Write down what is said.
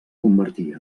convertir